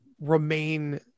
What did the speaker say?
remain